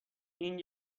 این